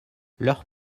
leurs